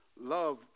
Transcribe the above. love